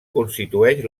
constitueix